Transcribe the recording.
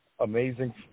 amazing